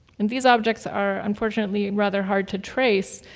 and these objects are unfortunately rather hard to trace,